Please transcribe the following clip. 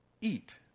eat